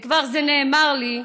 וזה כבר נאמר לי,